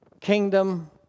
kingdom